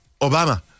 Obama